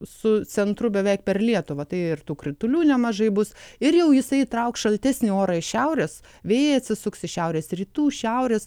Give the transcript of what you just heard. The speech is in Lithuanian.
su centru beveik per lietuvą tai ir tų kritulių nemažai bus ir jau jisai trauks šaltesnį orą iš šiaurės vėjai atsisuks iš šiaurės rytų šiaurės